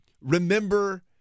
remember